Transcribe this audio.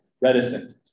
Reticent